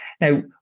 Now